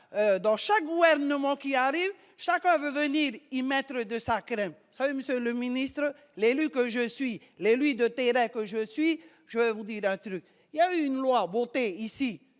dans chaque, vous, elle, ne ment qui arrivent chaque venir y mettre de sa crème seul Monsieur le ministre, l'élu que je suis l'élue de terrain que je suis, je vais vous dire un truc, il y a une loi votée ici